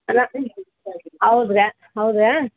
ಅಲ್ಲ ಹೌದ್ರಾ ಹೌದಾ